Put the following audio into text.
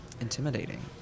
intimidating